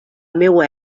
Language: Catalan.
meua